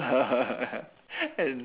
and